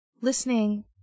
listening